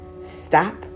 Stop